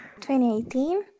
2018